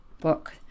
book